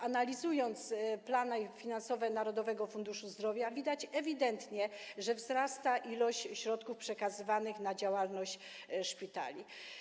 Analizując plany finansowe Narodowego Funduszu Zdrowia, widzimy, że ewidentnie wzrasta ilość środków przekazywanych na działalność szpitali.